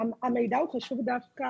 לא, לא, המידע הוא חשוב דווקא